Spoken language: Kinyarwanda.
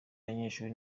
abanyeshuri